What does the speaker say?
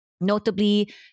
Notably